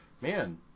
man